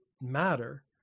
matter